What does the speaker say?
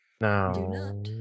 No